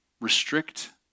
restrict